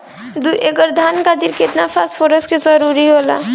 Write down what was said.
दु एकड़ धान खातिर केतना फास्फोरस के जरूरी होला?